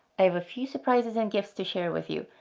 i have a few surprises and gifts to share with you.